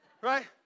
Right